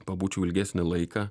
pabūčiau ilgesnį laiką